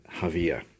Javier